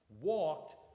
walked